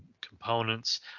components